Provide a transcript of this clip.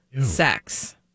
sex